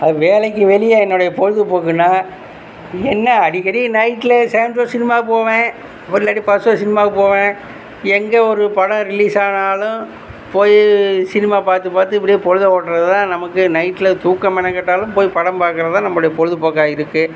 வேலைக்கு வெளியே என்னோட பொழுதுபோக்குன்னா என்ன அடிக்கடி நைட் செகென்ட் ஷோ சினிமாவுக்கு போவேன் இல்லாட்டி ஃபர்ஸ்ட் ஷோ சினிமாவுக்கு போவேன் எங்கே ஒரு படம் ரிலீஸ் ஆனாலும் போய் சினிமா பார்த்து பார்த்து இப்படியே பொழுதை ஓட்டுறதுதான் நமக்கு நைட் தூக்கம் மெனக்கெட்டாலும் போய் படம் பார்க்குறதுதான் நம்பளுடைய பொழுதுபோக்காக இருக்கும்